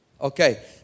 okay